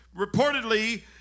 reportedly